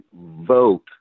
vote